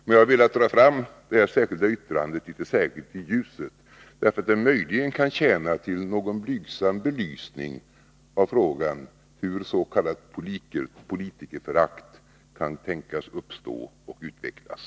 Men jag har velat dra fram detta särskilda yttrande litet speciellt i ljuset, därför att det kan möjligen tjäna till någon blygsam belysning av frågan om hur s.k. politikerförakt kan tänkas uppstå och utvecklas.